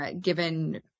given